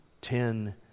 Ten